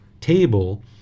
table